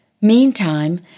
Meantime